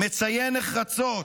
מציין נחרצות: